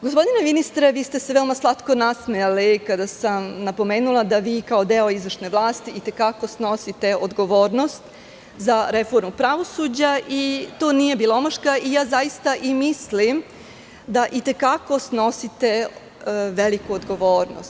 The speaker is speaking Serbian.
Gospodine ministre, vi ste veoma slatko nasmejali kada sam napomenula da vi kao deo izvršne vlasti, i te kako snosite odgovornost za reformu pravosuđa i to nije bila omaška, zaista i mislim da i te kako snosite veliku odgovornost.